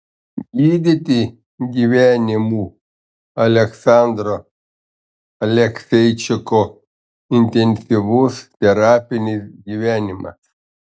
gydyti gyvenimu aleksandro alekseičiko intensyvus terapinis gyvenimas